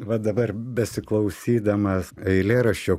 va dabar besiklausydamas eilėraščio